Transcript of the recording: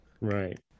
Right